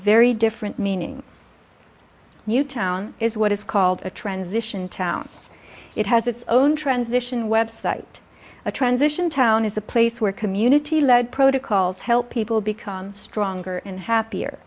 very different meaning newtown is what is called a transition town it has its own transition website a transition town is a place where community led protocols help people become stronger and happier